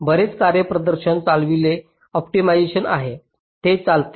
बरेच कार्यप्रदर्शन चालवलेले ऑप्टिमायझेशन आहे जे चालते